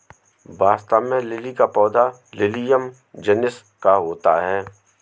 वास्तव में लिली का पौधा लिलियम जिनस का होता है